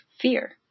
fear